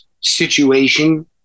situation